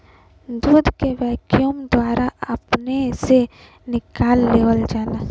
दूध के वैक्यूम द्वारा अपने से निकाल लेवल जाला